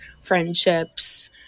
friendships